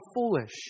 foolish